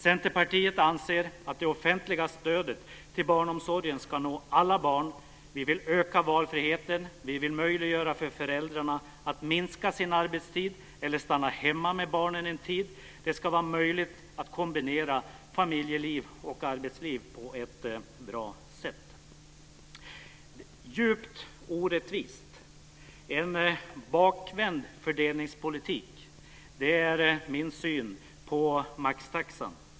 Centerpartiet anser att det offentliga stödet till barnomsorgen ska nå alla barn. Vi vill öka valfriheten. Vi vill möjliggöra för föräldrarna att minska sin arbetstid eller stanna hemma med barnen en tid. Det ska vara möjligt att kombinera familjeliv och arbetsliv på ett bra sätt. Djupt orättvis och en bakvänd fördelningspolitik - det är min syn på maxtaxan.